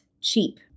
cheap